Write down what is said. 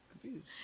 Confused